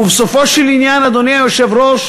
ובסופו של עניין, אדוני היושב-ראש,